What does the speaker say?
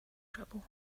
trouble